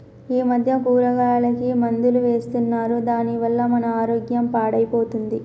ఈ మధ్య కూరగాయలకి మందులు వేస్తున్నారు దాని వల్ల మన ఆరోగ్యం పాడైపోతుంది